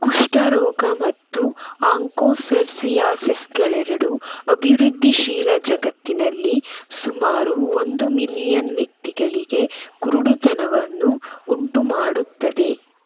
ಕುಷ್ಠರೋಗ ಮತ್ತು ಆಂಕೋಸರ್ಸಿಯಾಸಿಸ್ಗಳೆರಡೂ ಅಭಿವೃದ್ಧಿಶೀಲ ಜಗತ್ತಿನಲ್ಲಿ ಸುಮಾರು ಒಂದು ಮಿಲಿಯನ್ ವ್ಯಕ್ತಿಗಳಿಗೆ ಕುರುಡುತನವನ್ನು ಉಂಟುಮಾಡುತ್ತದೆ